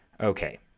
Okay